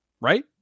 right